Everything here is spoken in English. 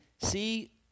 see